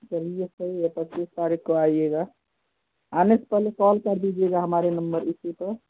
चलिए सही है पच्चीस तारीख़ को आइएगा आने से पहले कॉल कर दीजिएगा हमारे नंबर इसी पर